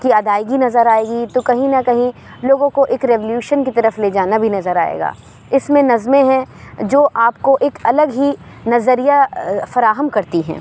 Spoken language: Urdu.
کی ادائیگی نظر آئے گی تو کہیں نہ کہیں لوگوں کو ایک ریولیوشن کی طرف لے جانا بھی نظر آئے گا اس میں نظمیں ہیں جو آپ کو ایک الگ ہی نظریہ فراہم کرتی ہیں